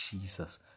Jesus